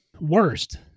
Worst